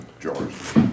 jars